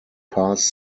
pass